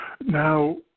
Now